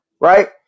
Right